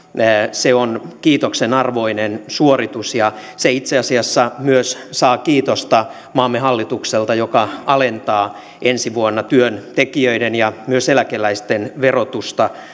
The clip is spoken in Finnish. se on kiitoksen arvoinen suoritus ja se itse asiassa saa kiitosta myös maamme hallitukselta joka alentaa ensi vuonna työntekijöiden ja myös eläkeläisten verotusta